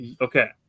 Okay